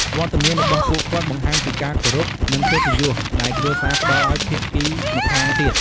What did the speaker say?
វត្តមានរបស់ពួកគាត់បង្ហាញពី ការគោរព និងកិត្តិយស ដែលគ្រួសារផ្ដល់ឲ្យភាគីម្ខាងទៀត។